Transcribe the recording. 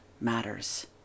matters